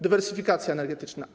Dywersyfikacja energetyczna.